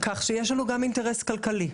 כך שיש לנו גם אינטרס כלכלי,